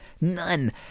None